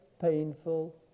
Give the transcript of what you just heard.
painful